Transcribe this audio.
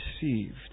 deceived